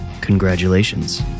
Congratulations